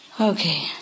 Okay